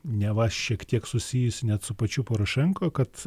neva šiek tiek susijusi net su pačiu porošenko kad